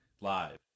live